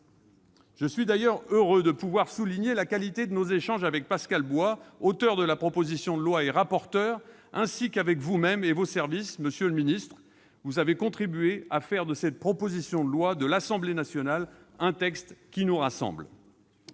Je suis d'ailleurs heureux de pouvoir souligner la qualité de nos échanges avec Pascal Bois, auteur de la proposition de loi et rapporteur, ainsi qu'avec vous-même et vos services, monsieur le ministre : vous avez contribué à faire de cette proposition de loi de l'Assemblée nationale un texte qui nous rassemble.